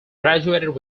graduated